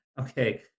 Okay